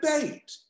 debate